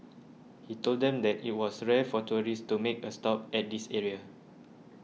he told them that it was rare for tourists to make a stop at this area